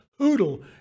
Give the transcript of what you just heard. Hoodle